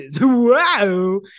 Wow